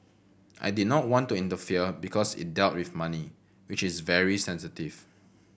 I did not want to interfere because it dealt with money which is very sensitive